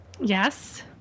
Yes